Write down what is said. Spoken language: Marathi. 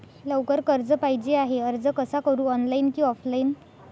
लवकर कर्ज पाहिजे आहे अर्ज कसा करु ऑनलाइन कि ऑफलाइन?